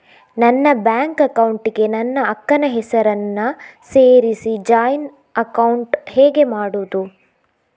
ನನ್ನ bank account ಗೆ ನನ್ನ ಅಕ್ಕ ನ ಹೆಸರನ್ನ ಸೇರಿಸಿ ಜಾಯಿನ್ ಅಕೌಂಟ್ ಹೇಗೆ ಮಾಡುದು?